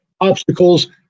obstacles